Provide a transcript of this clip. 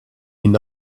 been